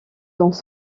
dans